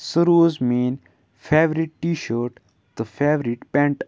سُہ روٗز میٛٲنۍ favourite T shirt تہٕ فیورِٹ پٮ۪نٛٹ